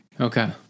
Okay